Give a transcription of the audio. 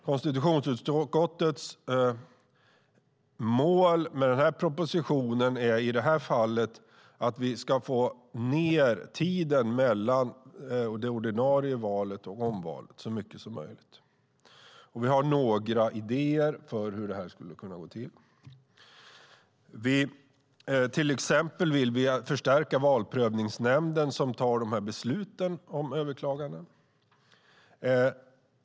Konstitutionsutskottets mål med propositionen är i detta fall att vi ska få ned tiden mellan det ordinarie valet och omvalet så mycket som möjligt. Vi har några idéer om hur det skulle kunna gå till. Vi vill till exempel förstärka Valprövningsnämnden, som fattar beslut om överklaganden.